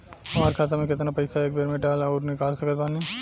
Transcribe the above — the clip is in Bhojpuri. हमार खाता मे केतना पईसा एक बेर मे डाल आऊर निकाल सकत बानी?